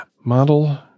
Model